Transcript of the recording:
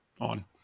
on